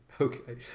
Okay